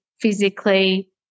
physically